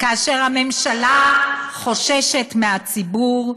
כאשר הממשלה חוששת מהציבור,